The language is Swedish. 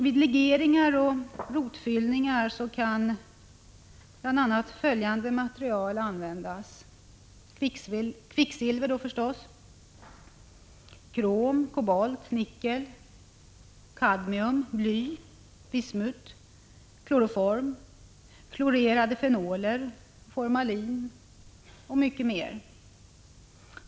Vid legeringar och rotfyllningar kan bl.a. följande material användas: kvicksilver, krom, kobolt, nickel, kadmium, bly, vismut, kloroform, klorerade fenoler, formalin och mycket mera.